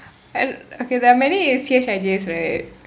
okay there are many C_H_I_Js right